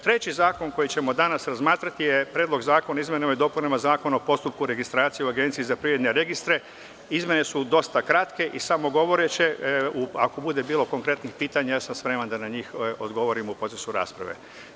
Treći zakon koji ćemo danas razmatrati je Predlog zakona o izmenama i dopunama Zakona o postupku registracije u APR. Izmene su dosta kratke, ako bude bilo konkretnih pitanja ja sam spreman da na njih odgovorim u procesu rasprave.